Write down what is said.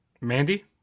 Mandy